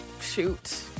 shoot